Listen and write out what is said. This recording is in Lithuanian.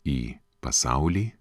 į pasaulį